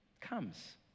comes